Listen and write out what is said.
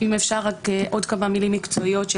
אם אפשר רק עוד כמה מילים מקצועיות של